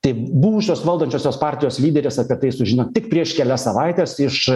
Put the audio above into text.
tai buvusios valdančiosios partijos lyderis apie tai sužino tik prieš kelias savaites iš